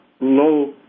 low